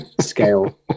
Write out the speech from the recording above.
scale